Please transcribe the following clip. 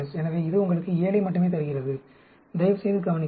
எனவே இது உங்களுக்கு 7 மட்டுமே தருகிறது தயவுசெய்து கவனிக்கவும்